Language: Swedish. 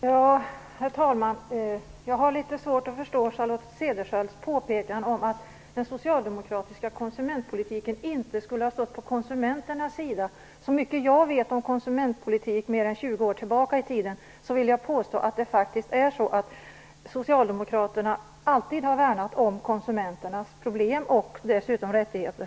Herr talman! Jag har litet svårt att förstå Charlotte Cederschiölds påpekande om att den socialdemokratiska konsumentpolitiken inte skulle ha stått på konsumenternas sida. Med mina erfarenheter av konsumentpolitik under mer än 20 års tid vill jag påstå att socialdemokraterna alltid har värnat om konsumenterna och deras rättigheter.